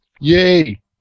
Yay